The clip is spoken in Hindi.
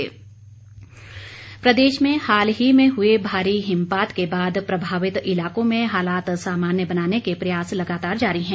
मौसम प्रदेश में हाल ही में हुए भारी हिमपात के बाद प्रभावित इलाकों में हालात सामान्य बनाने के प्रयास लगातार जारी हैं